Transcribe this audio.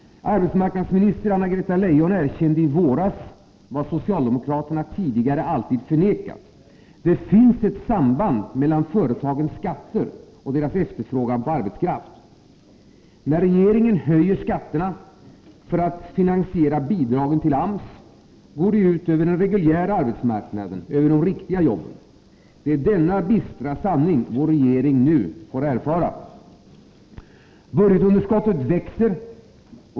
Arbetsmarknadsminister Anna-Greta Leijon erkände i våras vad socialdemokraterna tidigare alltid förnekat: Det finns ett samband mellan företagens skatter och deras efterfrågan på arbetskraft. När regeringen höjer skatterna för att finansiera bidragen till AMS går detta ut över den reguljära arbetsmarknaden, de riktiga jobben. Det är denna bistra sanning regeringen nu får erfara. Budgetunderskottet växer.